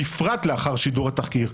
בפרט לאחר שידור התחקיר,